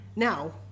Now